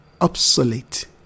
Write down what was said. obsolete